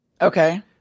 Okay